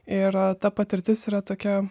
ir ta patirtis yra tokia